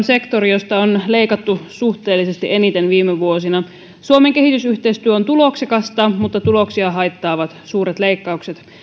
sektori josta on leikattu suhteellisesti eniten viime vuosina suomen kehitysyhteistyö on tuloksekasta mutta tuloksia haittaavat suuret leikkaukset